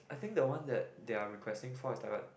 I think the one that they are requesting for is the